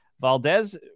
Valdez